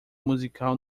musical